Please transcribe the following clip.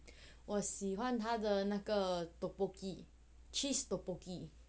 我喜欢它的那个 tteokboki cheese tteokboki